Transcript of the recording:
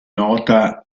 nota